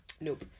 Nope